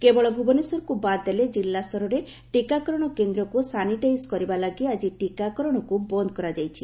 କେବଳ ଭୁବନେଶ୍ୱରକୁ ବାଦ ଦେଲେ ଜିଲ୍ଲା ସ୍ତରରେ ଟିକାକରଣ କେନ୍ଦ୍ରକୁ ସାନିଟାଇଜ୍ କରିବା ଲାଗି ଆଜି ଟିକାକରଣକୁ ବନ୍ଦ କରାଯାଇଛି